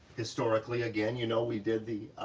historically again, you know, we did the